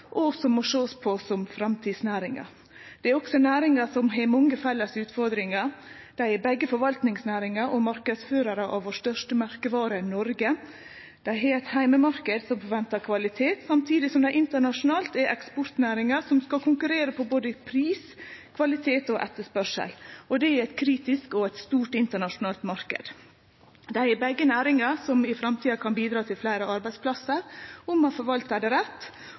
og som må sjåast på som framtidsnæringar. Dette er også næringar som har mange felles utfordringar: Dei er begge forvaltningsnæringar og marknadsførarar av vår største merkevare: Noreg. Dei har ein heimemarknad som forventar kvalitet, samtidig som dei internasjonalt er eksportnæringar som skal konkurrere på både pris, kvalitet og etterspurnad – og det i ein kritisk og stor internasjonal marknad. Dei er begge næringar som i framtida kan bidra til fleire arbeidsplassar, om ein forvaltar dei rett.